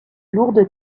lourde